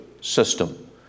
system